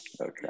Okay